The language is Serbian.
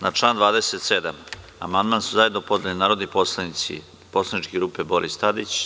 Na član 27. amandman su zajedno podneli narodni poslanici poslaničke grupe Boris Tadić.